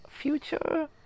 Future